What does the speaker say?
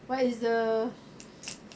what is the